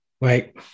Right